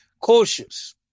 cautious